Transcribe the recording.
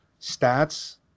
stats